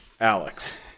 Alex